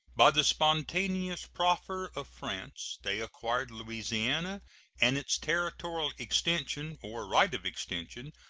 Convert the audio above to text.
by the spontaneous proffer of france, they acquired louisiana and its territorial extension, or right of extension,